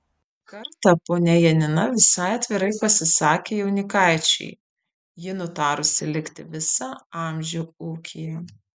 kartą ponia janina visai atvirai pasisakė jaunikaičiui ji nutarusi likti visą amžių ūkyje